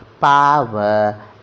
power